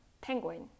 penguin